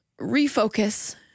refocus